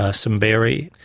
ah simberi.